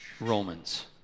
Romans